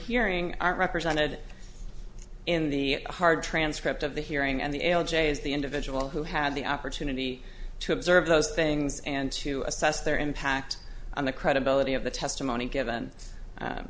hearing are represented in the hard transcript of the hearing and the l j is the individual who had the opportunity to observe those things and to assess their impact on the credibility of the testimony given